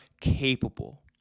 capable